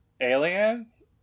aliens